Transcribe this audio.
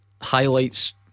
highlights